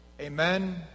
Amen